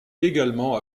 également